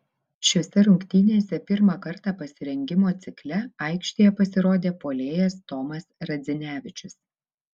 šiose rungtynėse pirmą kartą pasirengimo cikle aikštėje pasirodė puolėjas tomas radzinevičius